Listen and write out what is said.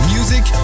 Music